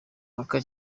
maka